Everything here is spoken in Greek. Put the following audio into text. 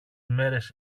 μέρες